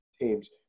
teams